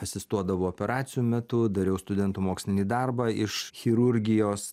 asistuodavau operacijų metu dariau studentų mokslinį darbą iš chirurgijos